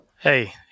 Hey